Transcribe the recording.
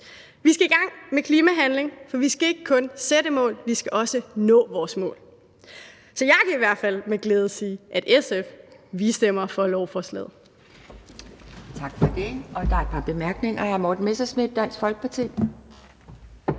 Vi skal i gang med klimahandling, for vi skal ikke kun sætte mål, vi skal også nå vores mål. Jeg kan i hvert fald med glæde sige, at SF stemmer for lovforslaget.